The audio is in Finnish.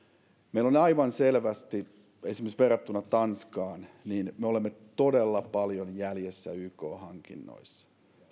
me olemme aivan selvästi esimerkiksi verrattuna tanskaan todella paljon jäljessä yk hankinnoissa